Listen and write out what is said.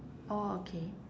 orh okay